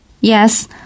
Yes